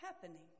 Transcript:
Happening